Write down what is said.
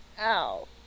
Ow